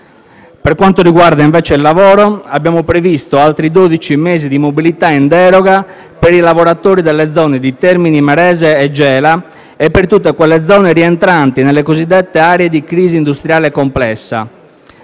Per quanto riguarda, invece, il lavoro abbiamo previsto altri dodici mesi di mobilità in deroga per i lavoratori delle zone di Termini Imerese e Gela e per tutte quelle zone rientranti nelle cosiddette aree di crisi industriale complessa.